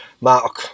mark